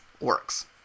works